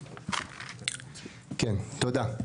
תודה.